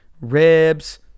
Ribs